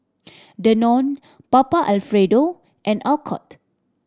Danone Papa Alfredo and Alcott